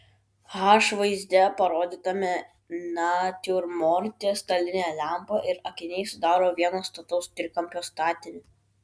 h vaizde parodytame natiurmorte stalinė lempa ir akiniai sudaro vieną stataus trikampio statinį